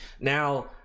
now